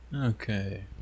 Okay